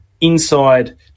inside